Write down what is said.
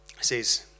says